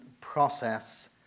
process